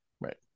right